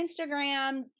Instagram